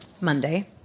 Monday